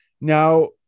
Now